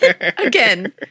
Again